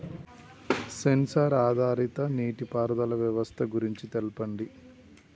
Censor ఆధారిత నీటిపారుదల వ్యవస్థ గురించి తెల్పండి?